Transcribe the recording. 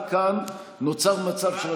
רק כאן נוצר מצב, מה כל כך זעזע אותך?